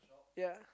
ya